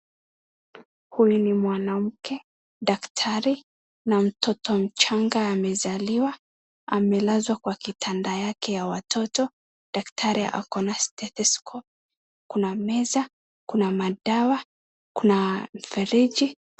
Huyu ni mwanamke, daktari na mtoto mchanga amezaliwa. Amelazwa kwa kitanda yake ya watoto. Daktari ako na stethoscope . Kuna meza. Kuna madawa. Kuna mfereji.